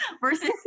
versus